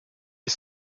est